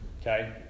okay